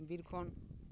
ᱵᱤᱨ ᱠᱷᱚᱱ